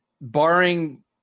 barring